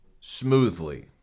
smoothly